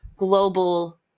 global